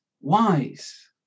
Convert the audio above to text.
wise